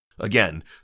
Again